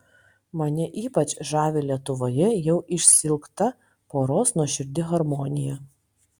mane ypač žavi lietuvoje jau išsiilgta poros nuoširdi harmonija